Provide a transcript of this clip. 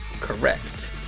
Correct